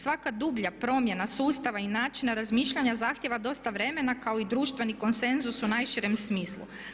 Svaka dublja promjena sustava i načina razmišljanja zahtjeva dosta vremena kao i društveni konsenzus u najširem smislu.